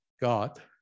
God